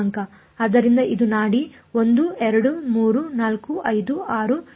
ಆದ್ದರಿಂದ ಇದು ನಾಡಿ 1 2 3 4 5 6 7 8 9